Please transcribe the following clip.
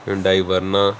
Hyundai Verna